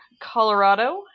Colorado